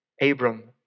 Abram